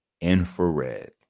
infrared